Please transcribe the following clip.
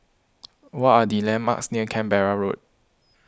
what are the landmarks near Canberra Road